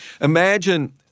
Imagine